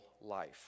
life